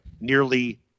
nearly